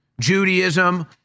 Judaism